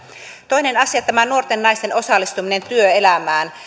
toinen asia nuorten naisten osallistuminen työelämään